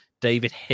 David